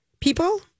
people